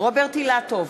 רוברט אילטוב,